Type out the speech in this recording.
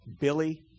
Billy